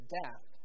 death